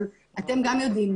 אבל אתם גם יודעים,